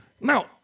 Now